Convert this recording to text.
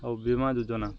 ଆଉ ବୀମା ଯୋଜନା